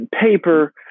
paper